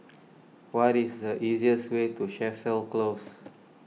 what is the easiest way to Chapel Close